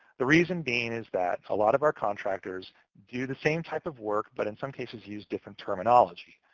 the reason being is that lot of our contractors do the same type of work, but in some cases, use different terminology.